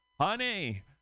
Honey